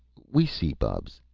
we see, bubs,